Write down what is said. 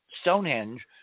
Stonehenge